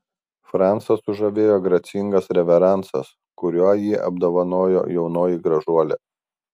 francą sužavėjo gracingas reveransas kuriuo jį apdovanojo jaunoji gražuolė